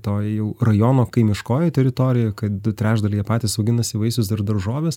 toj jau rajono kaimiškojoj teritorijoj kad du trečdaliai jie patys auginasi vaisius ir daržoves